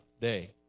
day